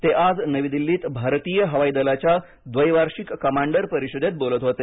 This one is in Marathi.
ते आज नवी दिल्लीत भारतीय हवाई दलाच्या द्वैवार्षिक कमांडर परिषदेत बोलत होते